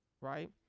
right